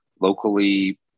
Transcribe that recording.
locally